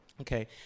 Okay